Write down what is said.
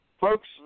Folks